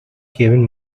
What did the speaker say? kevin